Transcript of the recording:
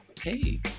Hey